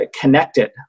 connected